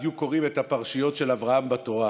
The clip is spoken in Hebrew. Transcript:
בדיוק קוראים את הפרשיות של אברהם בתורה.